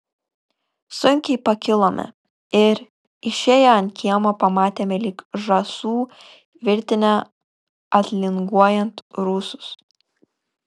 sunkiai pakilome ir išėję ant kiemo pamatėme lyg žąsų virtinę atlinguojant rusus